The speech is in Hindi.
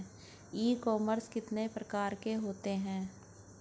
ई कॉमर्स के कितने प्रकार होते हैं?